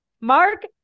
mark